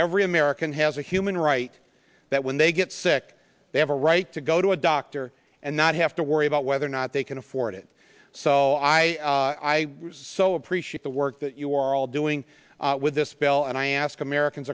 every american has a human right that when they get sick they have a right to go to a doctor and not have to worry about whether or not they can afford it so i i so appreciate the work that you are all doing with this bill and i ask americans